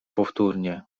powtórnie